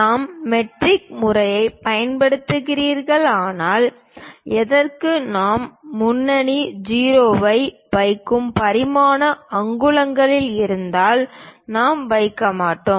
நாம் மெட்ரிக் முறையைப் பயன்படுத்துகிறீர்களானால் எதற்கும் நாம் முன்னணி 0 ஐ வைக்கும் பரிமாணம் அங்குலங்கள் இருந்தால் நாம் வைக்க மாட்டோம்